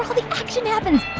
ah the action happens